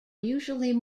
usually